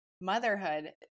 motherhood